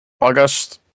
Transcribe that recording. August